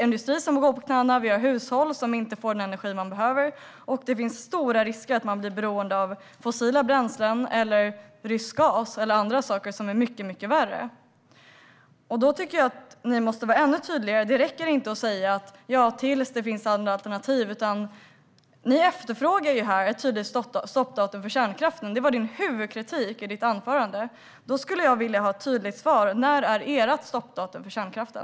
Industrin går på knäna, hushållen får inte den energi de behöver och det blir stora risker för ett beroende av fossila bränslen, rysk gas eller annat som är mycket värre. Ni måste vara ännu tydligare. Det räcker inte att säga att det måste vänta tills det finns andra alternativ. Ni efterfrågar ett tydligt stoppdatum för kärnkraften. Det var Birger Lahtis huvudkritik i hans anförande. Jag vill ha ett tydligt svar. När är ert stoppdatum för kärnkraften?